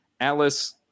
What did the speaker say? Alice